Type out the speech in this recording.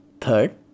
third